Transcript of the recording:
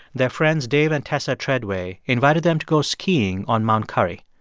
their friends dave and tessa treadway invited them to go skiing on mount currie.